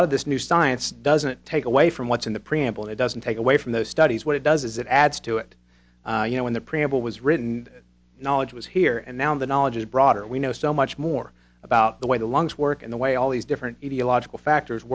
lot of this new science doesn't take away from what's in the preamble it doesn't take away from those studies what it does is it adds to it you know when the preamble was written knowledge was here and now the knowledge is broader we know so much more about the way the lungs work and the way all these different etiological factors